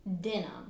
denim